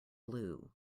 blue